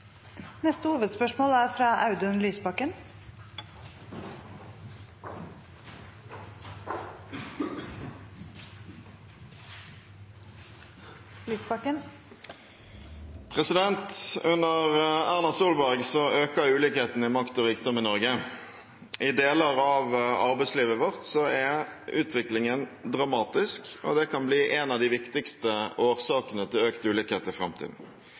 Under Erna Solberg øker ulikhetene i makt og rikdom i Norge. I deler av arbeidslivet vårt er utviklingen dramatisk, og det kan bli en av de viktigste årsakene til økt ulikhet i framtiden.